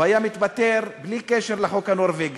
או היה מתפטר, בלי קשר לחוק הנורבגי,